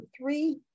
three